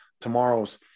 tomorrow's